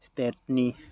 स्टेटनि